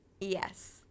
Yes